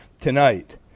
tonight